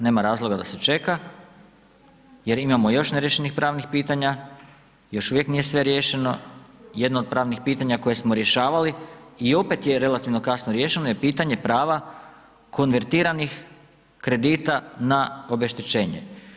Nema razloga da se čeka, jer imamo još neriješenih pravnih pitanja, još uvijek nije sve riješeno, jedno od pravnih pitanja koje smo riješeno i opet je relativno kasno riješeno je pitanje prava konvertiranih kredita na obeštećenje.